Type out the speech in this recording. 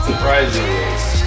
Surprisingly